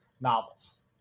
novels